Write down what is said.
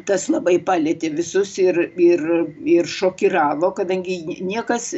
tas labai palietė visus ir ir ir šokiravo kadangi niekas